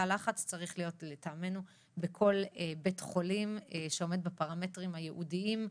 לטעמנו תא לחץ צריך להיות בכל בית חולים שעומד בפרמטרים הייעודיים,